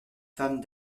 femme